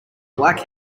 black